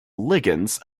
ligands